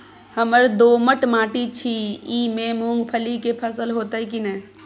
हमर दोमट माटी छी ई में मूंगफली के फसल होतय की नय?